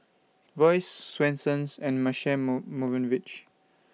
Royce Swensens and Marche move Movenpick